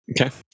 Okay